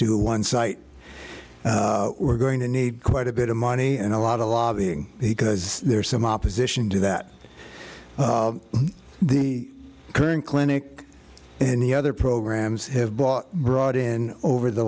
to one site we're going to need quite a bit of money and a lot of lobbying he cuz there's some opposition to that the current clinic and the other programs have bought brought in over the